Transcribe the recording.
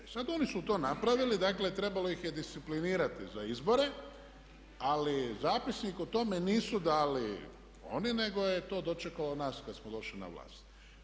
E sada oni su to napravili, dakle trebalo ih je disciplinirati za izbore ali zapisnik o tome nisu dali oni nego je to dočekalo nas kada smo došli na vlast.